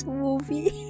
movie